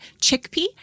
chickpea